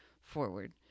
forward